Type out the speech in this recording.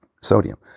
sodium